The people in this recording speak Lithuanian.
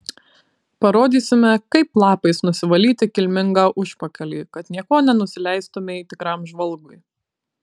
parodysime kaip lapais nusivalyti kilmingą užpakalį kad niekuo nenusileistumei tikram žvalgui